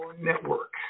Network